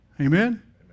Amen